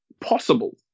possible